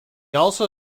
also